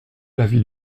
l’avis